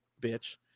bitch